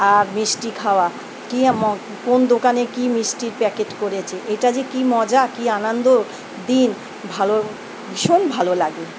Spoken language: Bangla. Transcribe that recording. আর মিষ্টি খাওয়া কী ম কোন দোকানে কি মিষ্টির প্যাকেট করেছে এটা যে কী মজা কী আনন্দ দিন ভালো ভীষণ ভালো লাগে